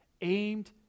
aimed